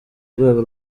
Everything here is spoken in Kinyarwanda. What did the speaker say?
rwego